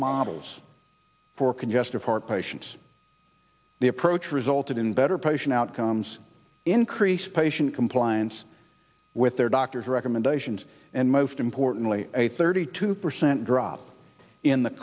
models for congestive heart patients the approach resulted in better patient outcomes increased patient compliance with their doctor's recommendations and most importantly a thirty two percent drop in the